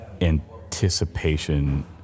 anticipation